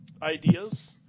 ideas